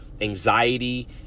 anxiety